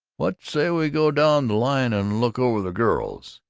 what say we go down the line and look over the girls?